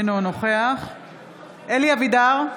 אינו נוכח אלי אבידר,